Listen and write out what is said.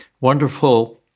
wonderful